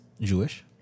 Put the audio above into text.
Jewish